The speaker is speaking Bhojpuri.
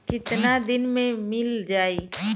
कितना दिन में मील जाई?